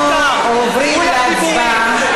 אנחנו עוברים להצבעה.